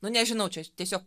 nu nežinau čia aš tiesiog